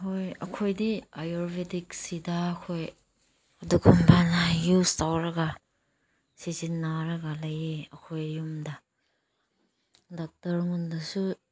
ꯍꯣꯏ ꯑꯩꯈꯣꯏꯗꯤ ꯑꯥꯌꯨꯔꯚꯦꯗꯤꯛꯁꯤꯗ ꯑꯩꯈꯣꯏ ꯑꯗꯨꯒꯨꯝꯕꯅ ꯌꯨꯁ ꯇꯧꯔꯒ ꯁꯤꯖꯤꯟꯅꯔꯒ ꯂꯩ ꯑꯩꯈꯣꯏ ꯌꯨꯝꯗ ꯗꯥꯛꯇꯔꯒꯨꯟꯗꯁꯨ